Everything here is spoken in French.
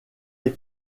les